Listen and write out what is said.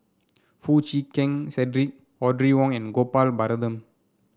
Foo Chee Keng Cedric Audrey Wong and Gopal Baratham